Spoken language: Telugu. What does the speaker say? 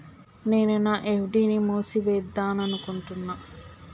నేను నా ఎఫ్.డి ని మూసివేద్దాంనుకుంటున్న